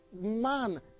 man